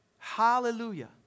Hallelujah